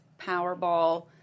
Powerball